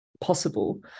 possible